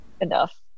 enough